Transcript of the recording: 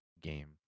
game